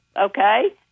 okay